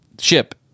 ship